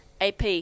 AP